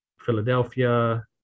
Philadelphia